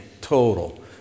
total